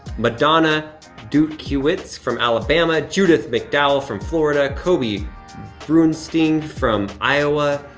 madonna dookuits from alabama, judith mcdowell from florida, kobe brunstein from iowa,